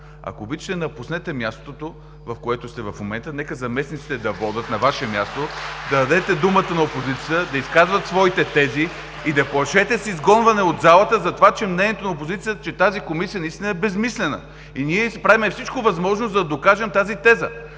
момента (Ръкопляскания от „БСП за България”), нека заместниците да водят на Ваше място, да дадете думата на опозицията да изказват своите тези и не плашете с изгонване от залата, затова че мнението на опозицията е, че тази Комисия наистина е безсмислена. И ние правим всичко възможно, за да докажем тази теза.